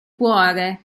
cuore